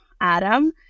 Adam